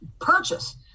purchase